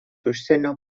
užsienio